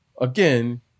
again